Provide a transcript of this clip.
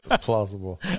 Plausible